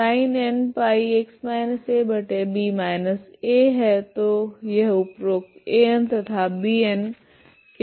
तो यह उपरोक्त An तथा Bn के साथ हल है